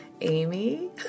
Amy